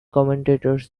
commentators